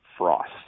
Frost